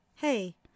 Hey